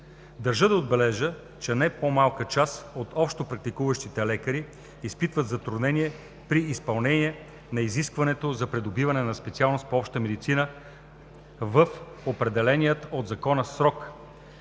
Държа да отбележа, че немалка част от общопрактикуващите лекари изпитват затруднение при изпълнение на изискването за придобиване на специалност „Обща медицина“ в определения от закона срок,